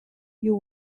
you